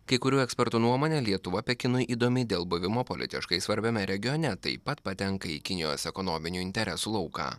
kai kurių ekspertų nuomone lietuva pekinui įdomi dėl buvimo politiškai svarbiame regione taip pat patenka į kinijos ekonominių interesų lauką